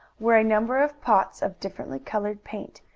were a number of pots of differently colored paint,